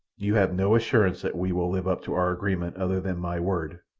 you have no assurance that we will live up to our agreement other than my word,